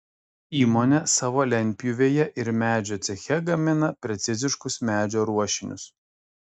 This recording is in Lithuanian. įmonė savo lentpjūvėje ir medžio ceche gamina preciziškus medžio ruošinius